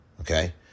Okay